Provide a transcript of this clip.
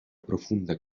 profunda